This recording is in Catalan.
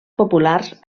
populars